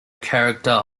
character